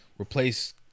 replace